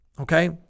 Okay